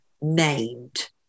named